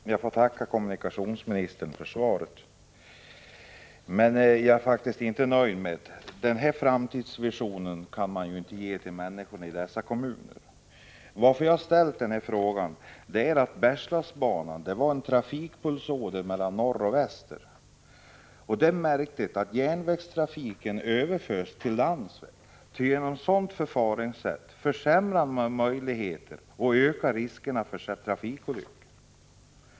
Herr talman! Jag tackar kommunikationsministern för svaret, men jag är faktiskt inte nöjd med det. Den här framtidsvisionen kan man ju inte ge till människor i dessa kommuner. Jag har ställt den här frågan därför att Bergslagsbanan tidigare var en trafikpulsåder mellan norr och väster. Det är märkligt att järnvägstrafiken överförs till landsväg. Genom ett sådant förfaringssätt försämrar man för människorna och ökar riskerna för trafikolyckor.